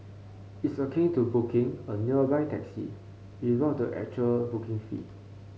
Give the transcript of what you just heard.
it's akin to 'booking' a nearby taxi without the actual booking fee